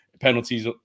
penalties